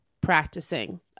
practicing